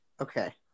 okay